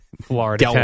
Florida